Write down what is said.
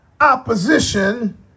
opposition